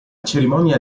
cerimonia